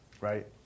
right